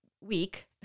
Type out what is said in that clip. week